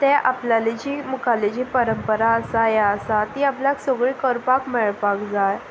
ते आपल्याले जी मुखारली जी परंपरा आसा हें आसा ती आपल्याक सगळीं करपाक मेळपाक जाय